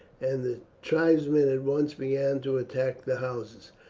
and the tribesmen at once began to attack the houses.